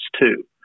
two